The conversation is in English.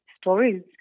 stories